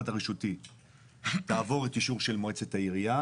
הרשותי תעבור את האישור של מועצת העירייה.